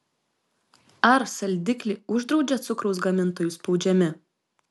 ar saldiklį uždraudžia cukraus gamintojų spaudžiami